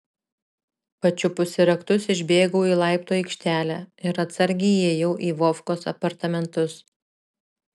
pačiupusi raktus išbėgau į laiptų aikštelę ir atsargiai įėjau į vovkos apartamentus